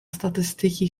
statystyki